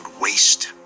waste